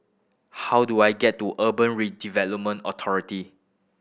how do I get to Urban Redevelopment Authority